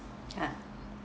ha